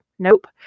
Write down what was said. nope